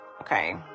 Okay